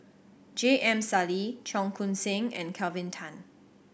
J M Sali Cheong Koon Seng and Kelvin Tan